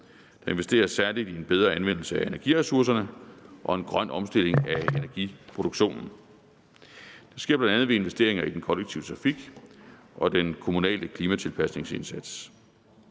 Der investeres særlig i en bedre anvendelse af energiressourcerne og en grøn omstilling af energiproduktionen. Det sker bl.a. ved investeringer i den kollektive trafik og den kommunale klimatilpasningsindsats.